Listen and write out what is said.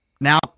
now